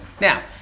now